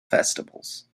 festivals